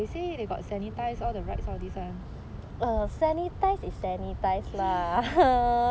they say they got sanitise all the rides all these [one]